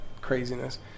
craziness